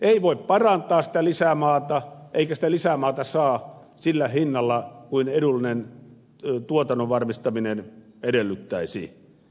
ei voi parantaa sitä lisämaata eikä sitä lisämaata saa sillä hinnalla kuin edullinen tuotannon varmistaminen edellyttäisi